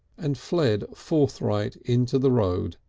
and fled forthright into the road,